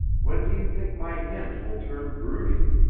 when do you think my hens will turn broody?